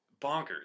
bonkers